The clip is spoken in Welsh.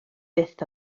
byth